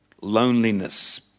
loneliness